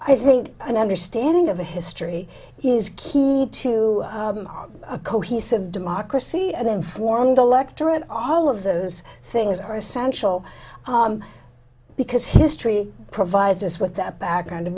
i think an understanding of a history is key to a cohesive democracy an informed electorate all of those things are essential because history provides us with that background to